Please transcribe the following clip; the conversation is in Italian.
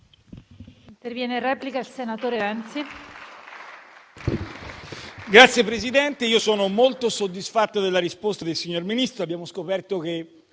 Signor Presidente, io sono molto soddisfatto della risposta del signor Ministro.